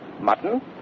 Mutton